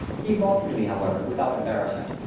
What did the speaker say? he welcomed me, however, without embarrassment.